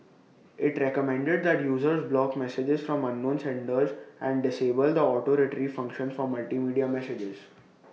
IT recommended that users block messages from unknown senders and disable the auto Retrieve function for multimedia messages